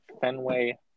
Fenway